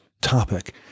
topic